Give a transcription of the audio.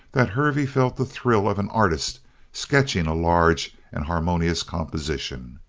that hervey felt the thrill of an artist sketching a large and harmonious composition.